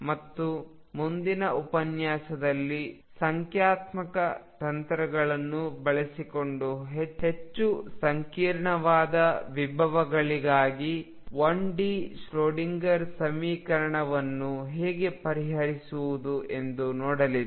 ಮತ್ತು ಮುಂದಿನ ಉಪನ್ಯಾಸದಲ್ಲಿ ಸಂಖ್ಯಾತ್ಮಕ ತಂತ್ರಗಳನ್ನು ಬಳಸಿಕೊಂಡು ಹೆಚ್ಚು ಸಂಕೀರ್ಣವಾದ ವಿಭವಗಳಿಗಾಗಿ 1 ಡಿ ಶ್ರೋಡಿಂಗರ್ ಸಮೀಕರಣವನ್ನು ಹೇಗೆ ಪರಿಹರಿಸುವುದು ಎಂದು ನೋಡಲಿದ್ದೇವೆ